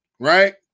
Right